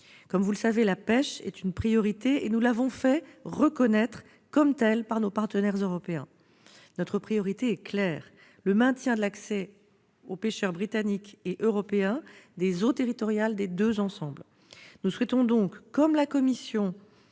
Comme vous le savez, la pêche est une priorité, et nous l'avons fait reconnaître comme telle par nos partenaires européens. Notre priorité est claire : le maintien de l'accès aux pêcheurs britanniques et européens des eaux territoriales des deux ensembles. Nous souhaitons donc, comme la Commission,